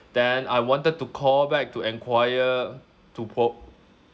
then I wanted to call back to enquire to pro~